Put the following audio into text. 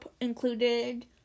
included